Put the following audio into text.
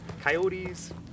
coyotes